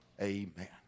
Amen